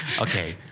Okay